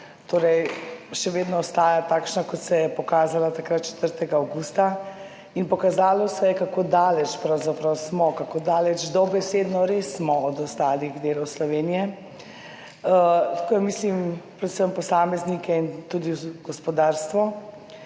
še vedno ostaja takšna, kot se je pokazala takrat, 4. avgusta. In pokazalo se je, kako daleč pravzaprav smo, kako res dobesedno daleč smo od ostalih delov Slovenije. Tukaj mislim predvsem na posameznike in tudi gospodarstvo.